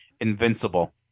invincible